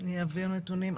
אני אעביר נתונים.